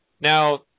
Now